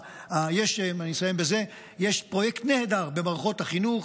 אני אסיים בזה: יש פרויקט נהדר במערכות החינוך,